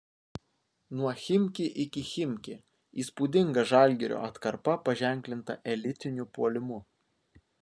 nuo chimki iki chimki įspūdinga žalgirio atkarpa paženklinta elitiniu puolimu